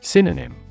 Synonym